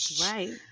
Right